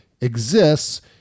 exists